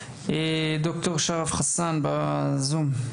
דוקטור שרף חאסן נמצא ב-Zoom,